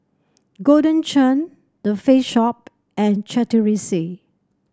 Golden Churn The Face Shop and Chateraise